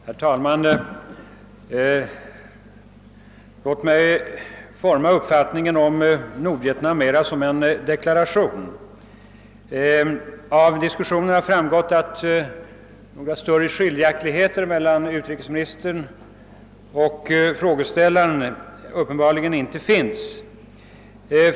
Herr talman! Låt mig forma min uppfattning om erkännandet av Nordvietnam mera som en deklaration. Av diskussionen har framgått att några större skiljaktigheter mellan utrikesministern och frågeställaren, fokpartiledaren herr Wedén, uppenbarligen inte finns.